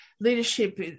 Leadership